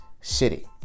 city